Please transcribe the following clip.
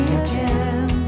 again